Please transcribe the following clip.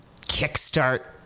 kickstart